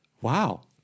Wow